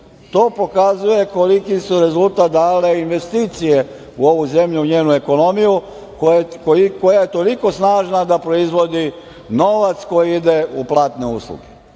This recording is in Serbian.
to pokazuje koliki su rezultat dale investicije u ovu zemlju, u njenu ekonomiju, koja je toliko snažna da proizvodi novac koji ide u platne usluge. Vaše